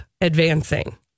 advancing